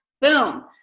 boom